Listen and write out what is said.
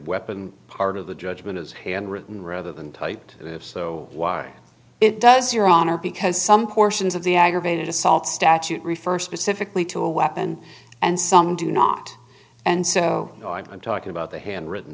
weapon part of the judgment is handwritten rather than typed and if so why it does your honor because some portions of the aggravated assault statute refer specifically to a weapon and some do not and so i'm talking about the handwritten